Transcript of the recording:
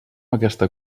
aquesta